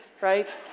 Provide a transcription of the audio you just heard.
right